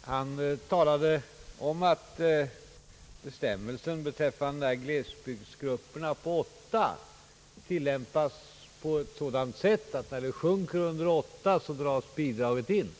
Han talade om att bestämmelsen beträffande glesbygdsgrupperna tillämpas på ett sådant sätt, att när antalet studerande sjunker under åtta så dras stödet in.